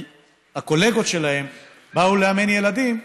כשהקולגות שלהם באו לאמן ילדים,